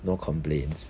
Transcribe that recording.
no complaints